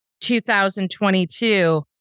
2022